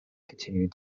continuing